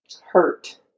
hurt